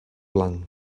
blanc